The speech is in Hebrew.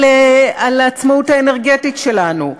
על העצמאות האנרגטית שלנו,